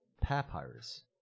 Papyrus